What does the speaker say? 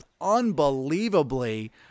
unbelievably